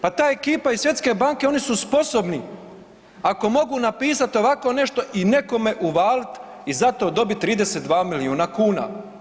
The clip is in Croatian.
Pa ta ekipa iz Svjetske banke, oni su sposobni ako mogu napisat ovakvo ne što i nekome uvalit i za to dobit 32 milijuna kuna.